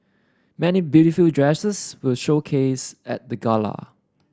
many beautiful dresses were showcased at the gala